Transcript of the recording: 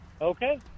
Okay